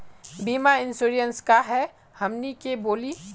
बीमा इंश्योरेंस का है हमनी के बोली?